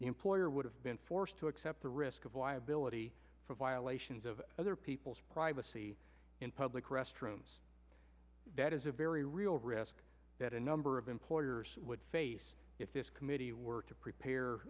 employer would have been forced to accept the risk of liability for violations of other people's privacy in public restrooms that is a very real risk that a number of employers would face if this committee were to prepare